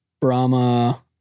Brahma